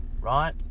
right